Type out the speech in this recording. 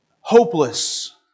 hopeless